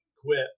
quit